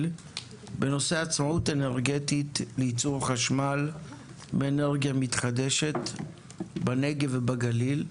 בנושא עצמאות אנרגטית לייצור חשמל באנרגיה מתחדשת בנגב ובגליל,